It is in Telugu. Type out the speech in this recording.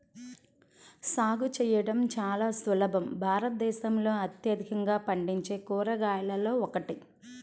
సాగు చేయడం చాలా సులభం భారతదేశంలో అత్యధికంగా పండించే కూరగాయలలో ఒకటి